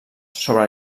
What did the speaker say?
sobre